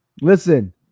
listen